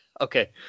Okay